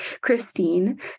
Christine